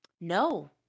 No